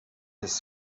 his